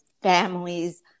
families